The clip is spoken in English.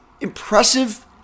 impressive